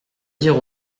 dire